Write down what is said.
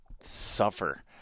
suffer